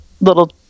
little